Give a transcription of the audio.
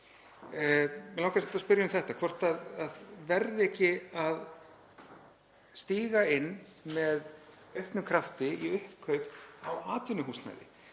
Mig langar að spyrja um þetta, hvort það verði ekki að stíga inn með auknum krafti í uppkaup á atvinnuhúsnæði